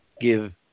give